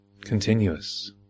continuous